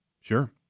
Sure